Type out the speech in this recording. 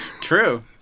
true